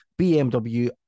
BMW